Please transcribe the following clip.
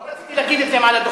לא רציתי להגיד את זה מעל הדוכן.